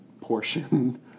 portion